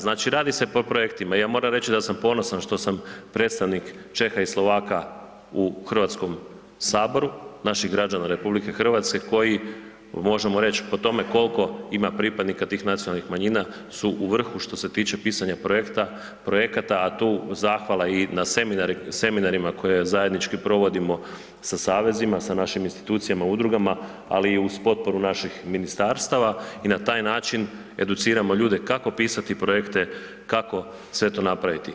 Znači, radi se po projektima i ja moram reći da sam ponosan što sam predstavnik Čeha i Slovaka u Hrvatskom saboru, naši građana RH koji možemo reći po tome koliko ima pripadnika tih nacionalnih manjina su u vrhu što se tiče pisanja projekata a tu zahvala i seminarima koje zajednički provodimo sa savezima, sa našim institucijama, udrugama, ali i uz potporu naših ministarstava i na taj način educiramo ljude kako pisati projekte, kako sve to napraviti.